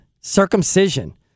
Circumcision